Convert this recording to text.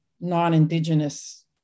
non-Indigenous